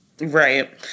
right